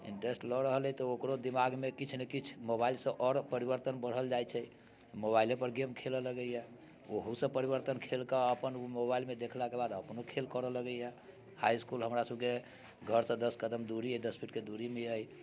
interest लऽ रहल अछि तऽ ओकरो दिमागमे किछु ने किछु मोबाइलसँ आओर परिवर्तन बढ़ल जाइत छै मोबाइलेपर गेम खेलय लगैए ओहोसँ परिवर्तन खेलके अपन ओ मोबाइलमे देखलाके बाद अपनो खेल करय लगैए हाइ इस्कुल हमरासभके घरसँ दस कदमके दूरीमे अइ दस फीटके दूरीमे अइ